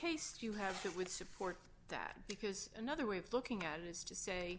case you have it would support that because another way of looking at it is to say